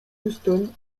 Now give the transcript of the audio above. houston